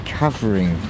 covering